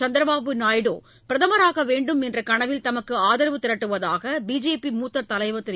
சந்திரபாபு நாயுடு பிரதமராக வேண்டும் என்ற கனவில் தமக்கு ஆதரவு திரட்டுவதாக பிஜேபி மூத்த தலைவர் திரு